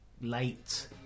late